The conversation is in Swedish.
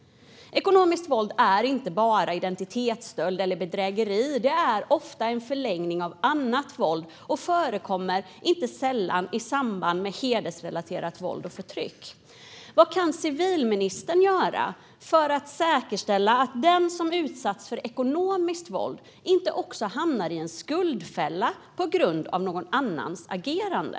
Ekonomiskt våld är inte bara identitetsstöld eller bedrägeri. Det är ofta en förlängning av annat våld och förekommer inte sällan i samband med hedersrelaterat våld och förtryck. Vad kan civilministern göra för att säkerställa att den som utsatts för ekonomiskt våld inte också hamnar i en skuldfälla på grund av någon annans agerande?